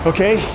Okay